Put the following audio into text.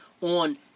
on